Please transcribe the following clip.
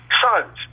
sons